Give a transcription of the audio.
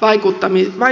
vaikuttimista